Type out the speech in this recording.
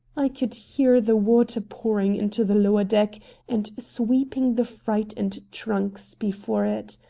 i could hear the water pouring into the lower deck and sweeping the freight and trunks before it.